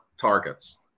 targets